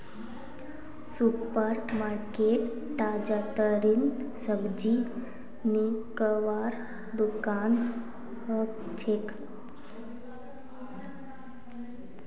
super market ताजातरीन सब्जी किनवार दुकान हछेक